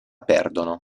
perdono